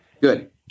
Good